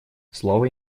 слово